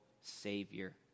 Savior